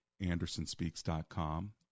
andersonspeaks.com